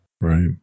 Right